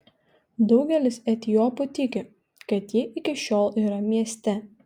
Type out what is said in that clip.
daugelis etiopų tiki kad ji iki šiol yra mieste